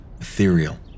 ethereal